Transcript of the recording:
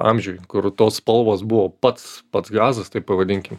amžiuj kur tos spalvos buvo pats pats gazas taip pavadinkim